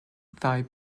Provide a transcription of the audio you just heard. thy